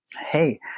hey